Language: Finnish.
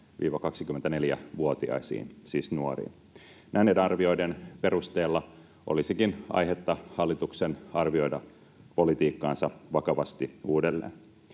18—24-vuotiaisiin, siis nuoriin. Näiden arvioiden perusteella olisikin aihetta hallituksen arvioida politiikkaansa vakavasti uudelleen.